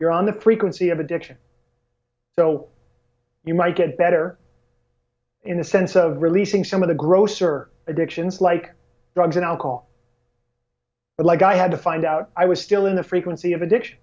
you're on the frequency of addiction so you might get better in the sense of releasing some of the grosser addictions like drugs and alcohol but like i had to find out i was still in the frequency of addiction